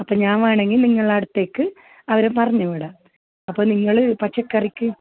അപ്പോൾ ഞാൻ വേണമെങ്കിൽ നിങ്ങളുടെ അടുത്തേക്ക് അവരെ പറഞ്ഞ് വിടാം അപ്പോൾ നിങ്ങൾ പച്ചക്കറിക്ക്